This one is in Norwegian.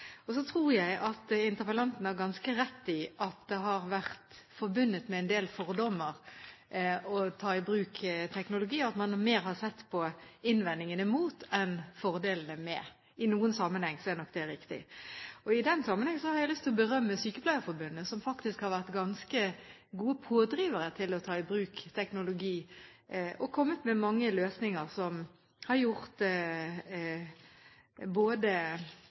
Så tror jeg at interpellanten har ganske rett i at det har vært forbundet med en del fordommer å ta i bruk teknologier – at man mer har sett på innvendingene mot enn fordelene med. I noen sammenhenger er nok det riktig. I den sammenheng har jeg lyst til å berømme Sykepleierforbundet, som faktisk har vært ganske gode pådrivere til å ta i bruk teknologi, og kommet med mange løsninger som har gjort